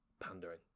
pandering